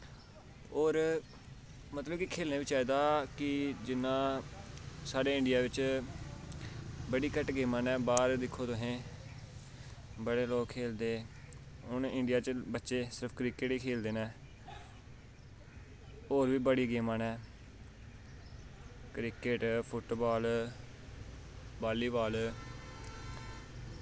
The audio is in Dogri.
होर मतलब कि खेलना बी चाहिदा कि जियां साढ़े इंडिया बिच्च बड़ियां घट्ट गेमां न बाह्ऱ दिक्खो तुसें बड़े लोग खेलदे हून इंडिया च बच्चे सिर्फ क्रिकेट गै खेलदे न होर बी बड़ियां गेमां न क्रिकेट फुट्ट बाल बाली बाल